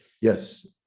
Yes